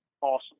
Awesome